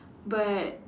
but